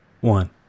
One